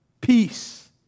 peace